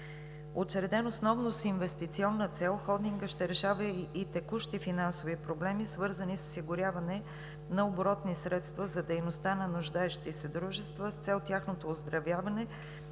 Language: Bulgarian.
Учреден основно с инвестиционна цел, Холдингът ще решава и текущи финансови проблеми, свързани с осигуряване на оборотни средства за дейността на нуждаещи се дружества с цел тяхното оздравяване